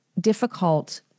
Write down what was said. difficult